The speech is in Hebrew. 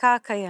הפסיקה הקיימת.